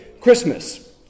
Christmas